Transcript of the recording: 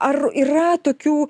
ar yra tokių